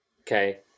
okay